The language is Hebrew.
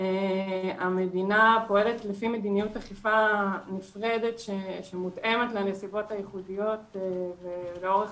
המדינה פועלת לפי מדיניות אכיפה נפרדת שמותאמת לנסיבות הייחודיות ולאורך